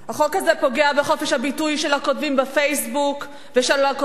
החוק הזה פוגע בחופש הביטוי של הכותבים ב"פייסבוק" ושל הכותבים